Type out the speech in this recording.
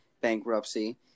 bankruptcy